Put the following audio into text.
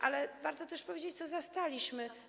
A warto też powiedzieć, co zastaliśmy.